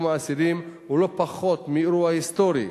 האסירים הוא לא פחות מאירוע היסטורי,